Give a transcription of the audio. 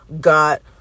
got